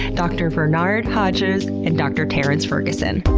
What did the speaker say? dr. vernard hodges and dr. terrence ferguson.